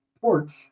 porch